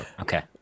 Okay